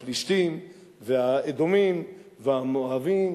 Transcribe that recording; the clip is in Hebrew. הפלישתים, והאדומים, והמואבים,